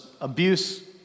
abuse